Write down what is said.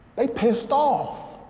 they pissed off.